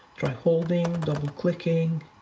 tried holding, double clicking,